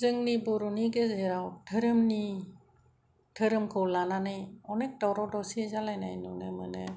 जोंनि बर'नि गेजेराव धोरोमनि धोरोमखौ लानानै अनेख दावराव दावसि जालायनाय नुनो मोनो